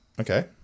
Okay